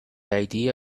idea